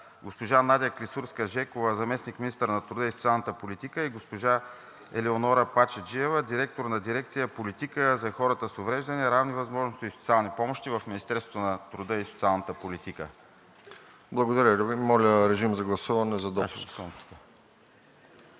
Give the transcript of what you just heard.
госпожа Надя Клисурска-Жекова – заместник-министър на труда и социалната политика, и госпожа Елеонора Пачеджиева – директор на дирекция „Политика за хората с увреждания, равни възможности и социални помощи“ в Министерството на труда и социалната политика. ПРЕДСЕДАТЕЛ РОСЕН ЖЕЛЯЗКОВ: Благодаря. Моля, режим на гласуване за допуск.